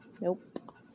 Nope